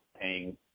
paying